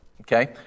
Okay